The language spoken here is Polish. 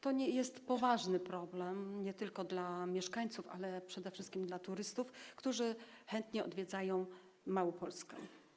To jest poważny problem, nie tylko dla mieszkańców, ale przede wszystkim dla turystów, którzy chętnie odwiedzają Małopolskę.